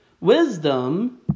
wisdom